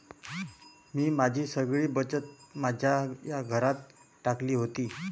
मी माझी सगळी बचत माझ्या या घरात टाकली होती